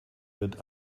wird